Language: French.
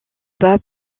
bat